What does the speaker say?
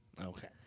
Okay